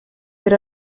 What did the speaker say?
per